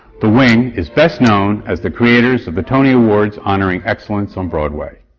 the wing is best known as the creators of the tony awards, honoring excellence on broadway.